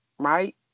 Right